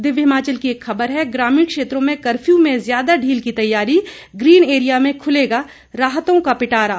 दिव्य हिमाचल की एक खबर है ग्रामीण क्षेत्रों में कर्फ्यू में ज्यादा ढील की तैयारी ग्रीन एरिया में खुलेगा राहतों का पिटारा